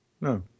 no